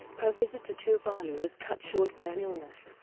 her visit to tuvalu was cut short by an illness,